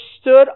stood